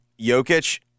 Jokic